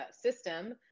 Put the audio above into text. system